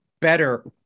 better